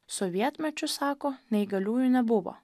sovietmečiu sako neįgaliųjų nebuvo